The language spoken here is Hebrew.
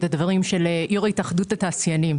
אני אשמח לדייק את הדברים של יו"ר התאחדות התעשיינים.